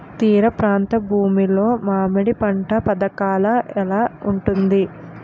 తీర ప్రాంత భూమి లో మామిడి పంట పథకాల ఎలా ఉంటుంది?